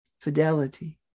fidelity